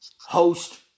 host